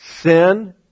sin